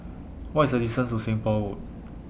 What IS The distance to Seng Poh Road